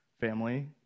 family